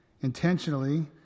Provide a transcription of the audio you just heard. intentionally